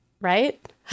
right